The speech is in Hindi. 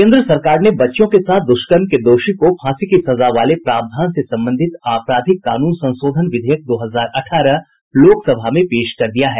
केन्द्र सरकार ने बच्चियों के साथ दुष्कर्म के दोषी को फांसी देने की सजा वाले प्रावधान से संबंधित आपराधिक कानून संशोधन विधेयक दो हजार अठारह लोकसभा में पेश कर दिया है